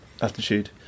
attitude